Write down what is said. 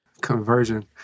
conversion